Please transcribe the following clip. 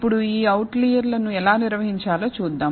ఇప్పుడు ఈ అవుట్లర్లను ఎలా నిర్వహించాలో చూద్దాం